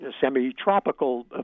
semi-tropical